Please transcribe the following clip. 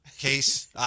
case